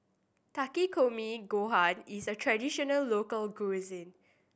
Takikomi Gohan is a traditional local cuisine